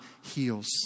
heals